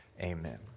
amen